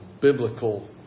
biblical